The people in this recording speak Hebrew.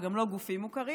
וגם לא גופים מוכרים.